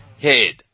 head